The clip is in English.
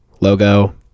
logo